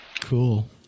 cool